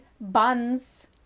buns